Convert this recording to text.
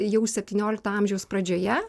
jau septyniolikto amžiaus pradžioje